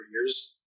years